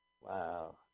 wow